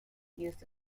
use